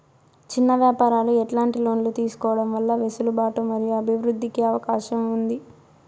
చిన్న వ్యాపారాలు ఎట్లాంటి లోన్లు తీసుకోవడం వల్ల వెసులుబాటు మరియు అభివృద్ధి కి అవకాశం ఉంది?